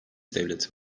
devleti